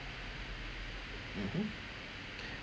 mmhmm